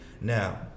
Now